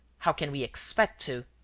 how can we expect to.